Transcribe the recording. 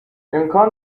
امکان